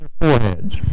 foreheads